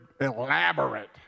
elaborate